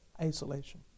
Isolation